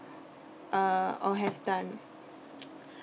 uh or have done